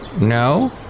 No